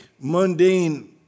mundane